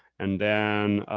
and then,